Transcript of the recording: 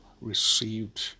received